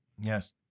Yes